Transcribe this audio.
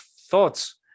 thoughts